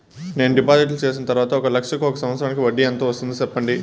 నేను డిపాజిట్లు చేసిన తర్వాత ఒక లక్ష కు ఒక సంవత్సరానికి వడ్డీ ఎంత వస్తుంది? సెప్పండి?